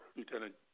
Lieutenant